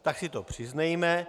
Tak si to přiznejme!